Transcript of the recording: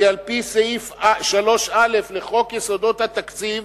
כי על-פי סעיף 3א לחוק יסודות התקציב,